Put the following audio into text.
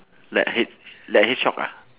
like hedg~ like hedgehog ah